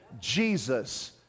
Jesus